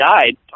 died